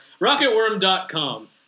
rocketworm.com